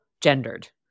gendered